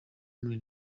muri